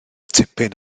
tipyn